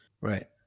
right